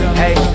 hey